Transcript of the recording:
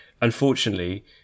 Unfortunately